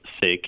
sake